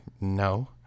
no